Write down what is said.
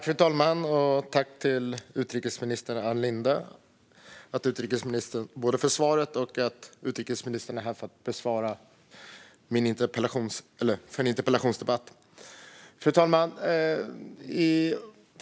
Fru talman! Jag tackar utrikesminister Ann Linde både för svaret och för att hon är här för denna interpellationsdebatt. Fru talman!